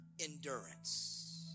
endurance